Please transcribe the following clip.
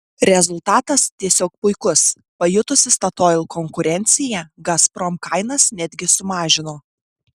rezultatas tiesiog puikus pajutusi statoil konkurenciją gazprom kainas netgi sumažino